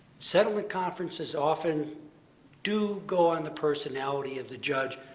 settlement conferences often do go on the personality of the judge.